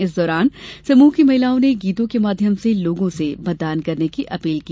इस दौरान समूह की महिलाओं ने गीतों के माध्यम से लोगों से मतदान करने की अपील की